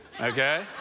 okay